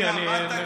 אנחנו מדברים אלייך.